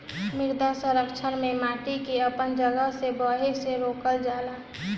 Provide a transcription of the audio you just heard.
मृदा संरक्षण में माटी के अपन जगह से बहे से रोकल जाला